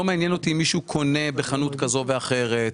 לא מעניין אותי אם מישהו קונה בחנות כזו ואחרת,